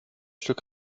stück